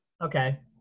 Okay